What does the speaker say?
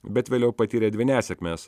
bet vėliau patyrė dvi nesėkmes